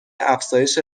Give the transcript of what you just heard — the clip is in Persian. افزایش